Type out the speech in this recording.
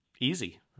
easy